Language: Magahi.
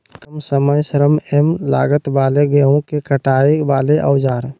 काम समय श्रम एवं लागत वाले गेहूं के कटाई वाले औजार?